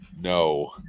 No